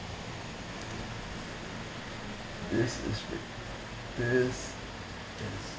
this is rigged this is